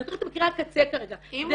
אני נותנת את מקרה הקצה כרגע -- אם